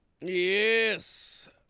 Yes